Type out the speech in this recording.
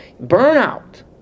burnout